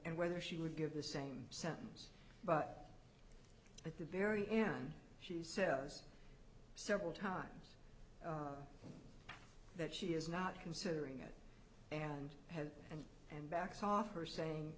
and whether she would give the same sentence but at the very end she says several times that she is not considering it and her and backs off her saying